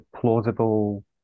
plausible